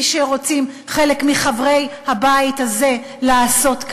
שרוצים חלק מחברי הבית הזה כאן לעשות,